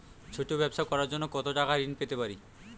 ছোট ব্যাবসা করার জন্য কতো টাকা ঋন পেতে পারি?